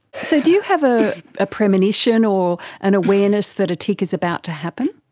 so do you have ah a premonition or an awareness that a tic is about to happen?